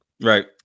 Right